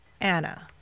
Anna